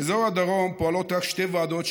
באזור הדרום פועלות רק שתי ועדות,